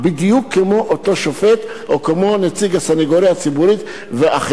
בדיוק כמו אותו שופט או כמו נציג הסניגוריה הציבורית ואחרים.